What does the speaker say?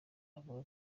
avuga